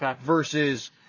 versus